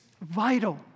vital